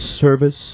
service